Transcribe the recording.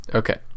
okay